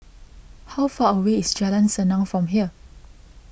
how far away is Jalan Senang from here